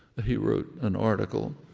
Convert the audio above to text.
he wrote an article,